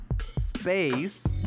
space